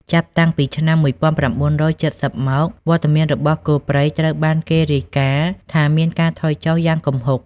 ចាប់តាំងពីឆ្នាំ ១៩៧០ មក វត្តមានរបស់គោព្រៃត្រូវបានគេរាយការណ៍ថាមានការថយចុះយ៉ាងគំហុក។